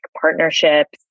partnerships